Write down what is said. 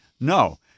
No